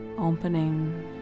opening